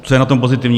Co je na tom pozitivní?